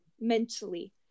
mentally